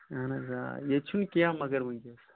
آہَن حظ آ ییٚتہِ چھُنہٕ کیٚنٛہہ مگر وُںکیٚنَس